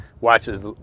watches